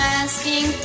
asking